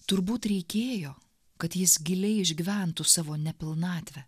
turbūt reikėjo kad jis giliai išgyventų savo nepilnatvę